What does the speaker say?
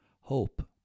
Hope